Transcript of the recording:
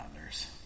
others